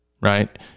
right